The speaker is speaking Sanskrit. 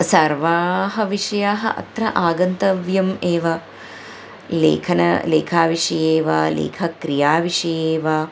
सर्वाः विषयाः अत्र आगन्तव्यम् एव लेखन लेखविषये वा लेखक्रियाविषये वा